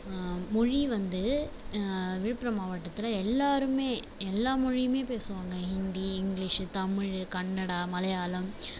மொழி வந்து விழுப்புரம் மாவட்டத்தில் எல்லாருமே எல்லா மொழியுமே பேசுவாங்க ஹிந்தி இங்கிலிஷ் தமிழ் கன்னடா மலையாளம்